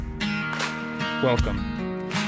Welcome